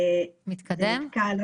זה מתקדם?